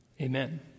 amen